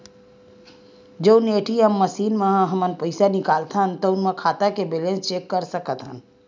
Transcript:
जउन ATM machine म हमन पइसा निकालथन तउनो म खाता के बेलेंस चेक कर सकत हन